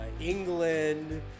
England